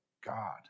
god